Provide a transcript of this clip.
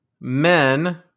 men